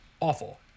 Awful